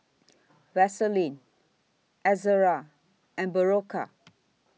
Vaselin Ezerra and Berocca